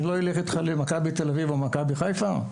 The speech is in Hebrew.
אני לא אלך איתך למכבי תל אביב או מכבי חיפה.